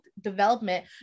development